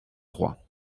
trois